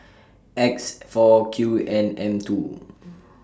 X four Q N M two